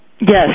Yes